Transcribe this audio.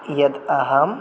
यद् अहं